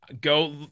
Go